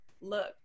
look